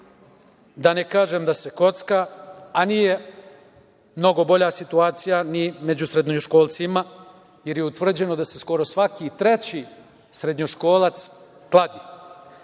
da ne kažem da se kocka, a nije mnogo bolja ni situacija ni među srednjoškolcima, jer je utvrđeno da se skoro svaki treći srednjoškolac kladi. Svaki